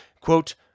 quote